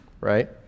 right